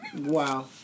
Wow